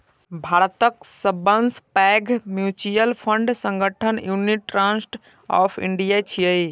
भारतक सबसं पैघ म्यूचुअल फंड संगठन यूनिट ट्रस्ट ऑफ इंडिया छियै